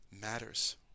matters